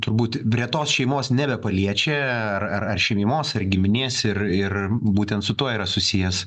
turbūt retos šeimos nebepaliečia ar ar šeimos ar giminės ir ir būtent su tuo yra susijęs